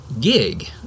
gig